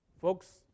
Folks